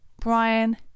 Brian